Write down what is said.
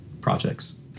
projects